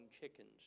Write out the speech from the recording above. chickens